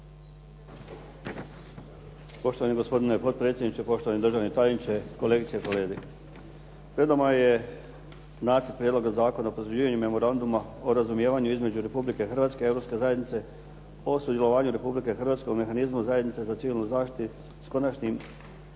Poštovani gospodine potpredsjedniče, poštovani državni tajniče, kolegice i kolege. Pred nama je nacrt Prijedloga Zakona o potvrđivanju Memoranduma o razumijevanju između Republike Hrvatske i Europske zajednice o sudjelovanju Republike Hrvatske u mehanizmu zajednice za civilnu zaštitu s Konačnim